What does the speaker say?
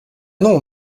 non